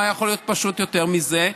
מה יכול להיות פשוט יותר מזה?